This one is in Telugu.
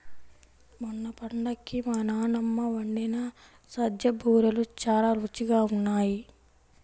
మొన్న పండక్కి మా నాన్నమ్మ వండిన సజ్జ బూరెలు చాలా రుచిగా ఉన్నాయి